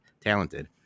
talented